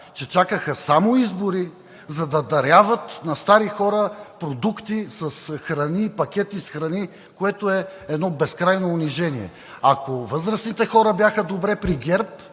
че чакаха само избори, за да даряват на стари хора пакети с храни, което е едно безкрайно унижение. Ако възрастните хора бяха добре при ГЕРБ,